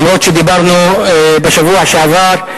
אומנם דיברנו בשבוע שעבר,